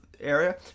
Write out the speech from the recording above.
area